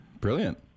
brilliant